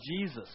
Jesus